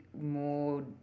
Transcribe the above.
more